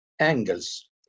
angles